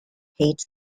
hates